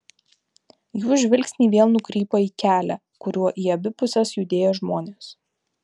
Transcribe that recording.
jų žvilgsniai vėl nukrypo į kelią kuriuo į abi puses judėjo žmonės